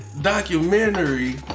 documentary